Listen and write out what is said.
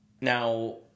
now